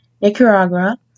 Nicaragua